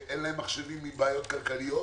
שאין להם מחשבים, עם בעיות כלכליות,